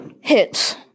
Hits